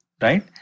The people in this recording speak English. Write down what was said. right